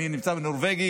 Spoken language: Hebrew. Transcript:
מי נמצא בנורווגי,